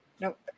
Nope